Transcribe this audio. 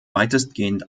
weitestgehend